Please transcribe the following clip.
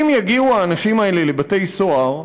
אם יגיעו האנשים האלה לבתי-סוהר,